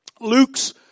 Luke's